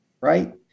Right